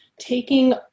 taking